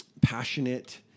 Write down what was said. passionate